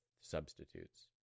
substitutes